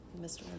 Mr